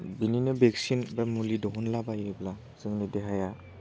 बिनिनो भेक्सिन बा मुलि दिहुनलाबायोब्ला जोंनि देहाया